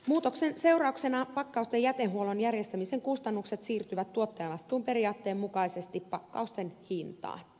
muutoksen seurauksena pakkausten jätehuollon järjestämisen kustannukset siirtyvät tuottajavastuun periaatteen mukaisesti pakkausten hintaan